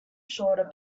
shorter